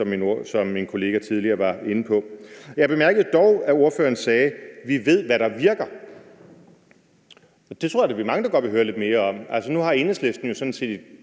som min kollega også tidligere var inde på. Jeg bemærkede dog, at ordføreren sagde, at vi ved, hvad der virker. Det tror jeg da vi er mange der godt vil høre lidt mere om. Nu har Enhedslisten jo sådan set